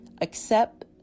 accept